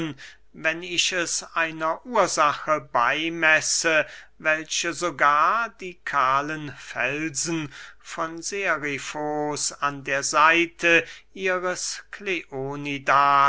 wenn ich es einer ursache beymesse welche sogar die kahlen felsen von serifos an der seite ihres